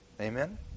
Amen